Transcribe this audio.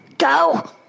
Go